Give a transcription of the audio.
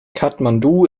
kathmandu